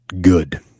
good